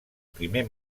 primer